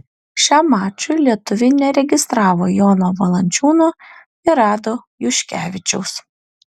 šiam mačui lietuviai neregistravo jono valančiūno ir ado juškevičiaus